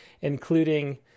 including